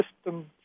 system's